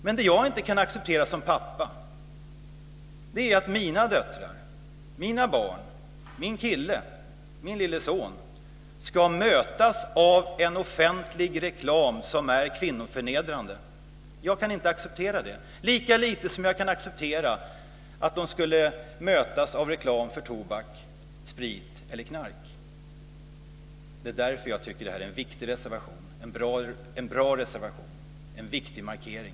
Men det som jag inte kan acceptera som pappa är att mina döttrar, mina barn, min lille son ska mötas av en offentlig reklam som är kvinnoförnedrande. Jag kan inte acceptera det, lika lite som jag kan acceptera att de ska mötas av reklam för tobak, sprit eller knark. Det är därför som jag tycker att det här är en viktig reservation, en bra reservation, en viktig markering.